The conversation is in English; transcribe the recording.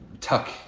tuck